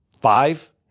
Five